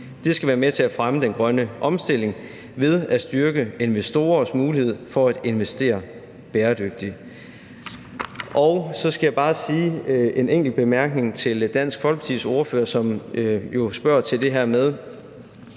Det skal være med til at fremme den grønne omstilling ved at styrke investorers mulighed for at investere bæredygtigt. Så har jeg bare en enkelt bemærkning til Dansk Folkepartis ordfører, som jo spørger til det her med,